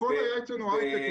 הכול היה אצלנו היי-טק.